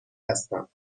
هستم